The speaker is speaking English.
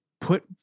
put